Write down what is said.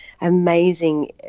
amazing